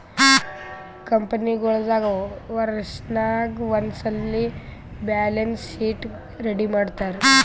ಕಂಪನಿಗೊಳ್ ದಾಗ್ ವರ್ಷನಾಗ್ ಒಂದ್ಸಲ್ಲಿ ಬ್ಯಾಲೆನ್ಸ್ ಶೀಟ್ ರೆಡಿ ಮಾಡ್ತಾರ್